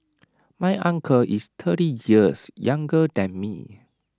my uncle is thirty years younger than me